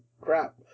crap